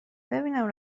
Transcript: ببینم